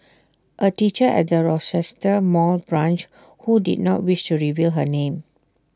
A teacher at the Rochester mall branch who did not wish to reveal her name